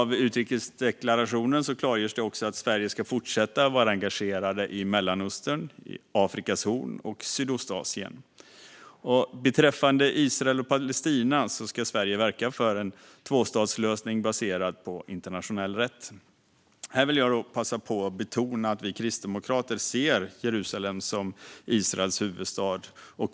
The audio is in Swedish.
I utrikesdeklarationen klargörs det också att Sverige ska fortsätta att vara engagerat i Mellanöstern, på Afrikas horn och i Sydostasien. Beträffande Israel och Palestina ska Sverige verka för en tvåstatslösning baserad på internationell rätt. Här vill jag dock passa på att betona att vi kristdemokrater ser Jerusalem som Israels huvudstad.